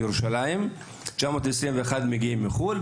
921 מגיעים מחו"ל,